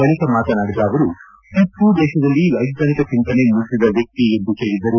ಬಳಿಕ ಮಾತನಾಡಿದ ಅವರು ಟಿಪ್ಪು ದೇಶದಲ್ಲಿ ವೈಜ್ಞಾನಿಕ ಚಿಂತನೆ ಮೂಡಿಸಿದ ವ್ಯಕ್ತಿ ಎಂದು ಹೇಳಿದರು